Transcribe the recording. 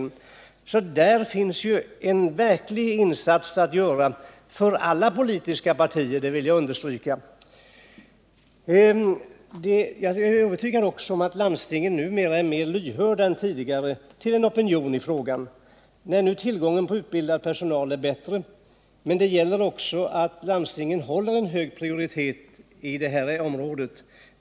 Jag vill understryka att det på den nivån finns en verklig insats att göra för alla politiska partier. Jag är också övertygad om att landstingen numera sedan tillgången på utbildad personal har förbättrats är mera lyhörda än tidigare för en opinion i frågan. Men det gäller också att landstingen ger en hög prioritet åt detta område.